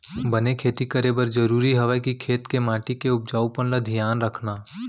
बने खेती करे बर जरूरी हवय कि खेत के माटी के उपजाऊपन ल धियान रखना